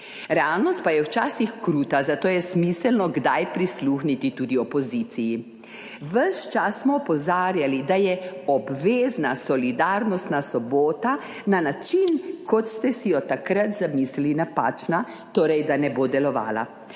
Realnost pa je včasih kruta, zato je smiselno kdaj prisluhniti tudi opoziciji. Ves čas smo opozarjali, da je obvezna solidarnostna sobota na način, kot ste si jo takrat zamislili, napačna, torej, da ne bo delovala.